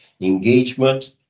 engagement